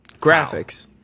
Graphics